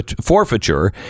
forfeiture